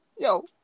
Yo